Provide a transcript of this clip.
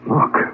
Look